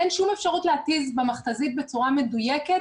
אין שום אפשרות להתיז במכת"זית בצורה מדויקת